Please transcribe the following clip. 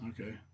Okay